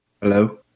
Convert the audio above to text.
Hello